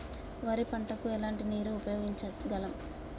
వరి పంట కు ఎలాంటి నీరు ఉపయోగించగలం?